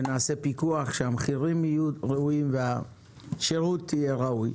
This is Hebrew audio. ונעשה פיקוח שהמחירים יהיו ראויים והשירות יהיה ראוי.